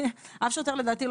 לדעתי,